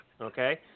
okay